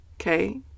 Okay